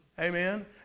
Amen